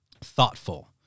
thoughtful